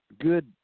good